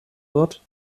wird